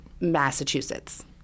Massachusetts